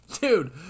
dude